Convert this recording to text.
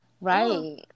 Right